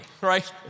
right